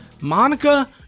Monica